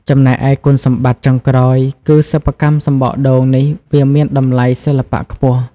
ចំណែកឯគុណសម្បត្តិចុងក្រោយគឺ សិប្បកម្មសំបកដូងនេះ វាមានតម្លៃសិល្បៈខ្ពស់។